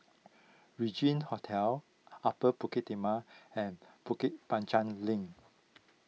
Regin Hotel Upper Bukit Timah and Bukit Panjang Link